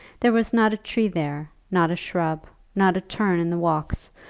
there was not a tree there, not a shrub, not a turn in the walks,